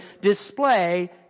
display